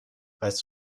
weißt